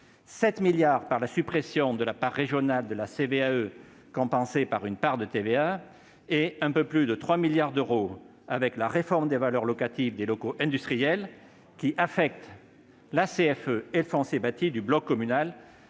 7 milliards d'euros, par la suppression de la part régionale de CVAE, compensés par une part de TVA, et un peu plus de 3 milliards d'euros, avec la réforme des valeurs locatives des locaux industriels qui affecte le rendement de la